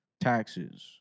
Taxes